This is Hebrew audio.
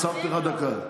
הינה, הוספתי לך דקה.